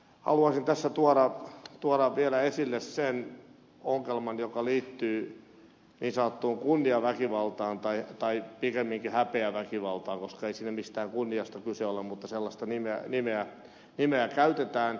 haluaisin tässä tuoda vielä esille sen ongelman joka liittyy niin sanottuun kunniaväkivaltaan tai pikemminkin häpeäväkivaltaan koska ei siinä mistään kunniasta kyse ole mutta sellaista nimeä käytetään